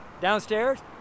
downstairs